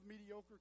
mediocre